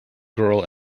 girl